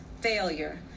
failure